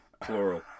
Plural